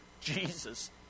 Jesus